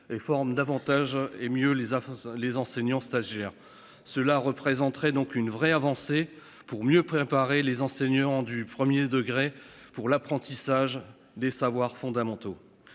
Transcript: et forment davantage et mieux les assassins. Les enseignants stagiaires, cela représenterait donc une vraie avancée pour mieux préparer les enseignants du 1er degré pour l'apprentissage des savoirs fondamentaux.